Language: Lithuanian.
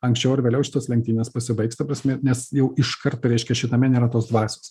anksčiau ar vėliau šitos lenktynės pasibaigs ta prasme nes jau iškart reiškia šitame nėra tos dvasios